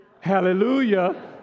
hallelujah